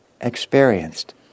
experienced